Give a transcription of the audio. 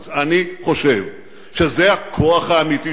ואני חושב שזה הכוח האמיתי שלנו,